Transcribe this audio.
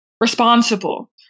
responsible